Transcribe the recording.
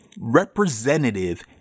representative